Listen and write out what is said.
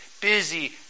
busy